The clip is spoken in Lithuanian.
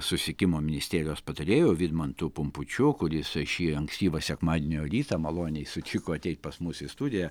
susisiekimo ministerijos patarėju vidmantu pumpučiu kuris šį ankstyvą sekmadienio rytą maloniai sutiko ateiti pas mus į studiją